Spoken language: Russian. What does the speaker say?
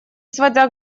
сводя